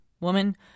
Woman